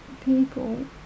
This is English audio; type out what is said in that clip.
people